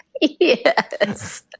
Yes